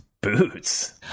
boots